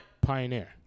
Pioneer